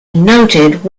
noted